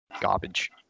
garbage